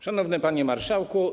Szanowny Panie Marszałku!